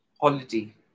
holiday